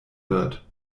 wird